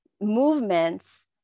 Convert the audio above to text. movements